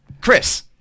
Chris